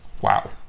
wow